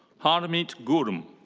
harmeet gurm.